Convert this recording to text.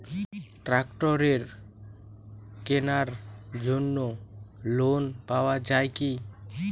ট্রাক্টরের কেনার জন্য লোন পাওয়া যায় কি?